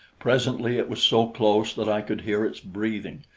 presently it was so close that i could hear its breathing,